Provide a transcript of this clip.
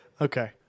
Okay